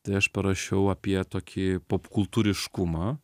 tai aš parašiau apie tokį popkultūriškumą